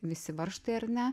visi varžtai ar ne